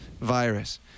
virus